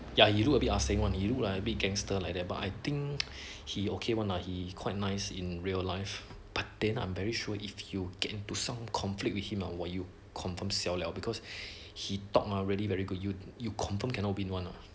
ya he look a bit ah sing one he look like a bit gangster like that but I think he okay one lah he quite nice in real life but the ah I'm very sure if you get into some conflict with him or what you confirm siao liao because he talk ah really very good you you confirm cannot win one lah